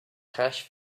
hash